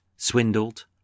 swindled